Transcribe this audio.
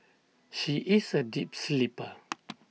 she is A deep sleeper